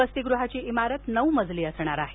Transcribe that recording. वसतीगृहाची इमारत नऊ मजली असणार आहे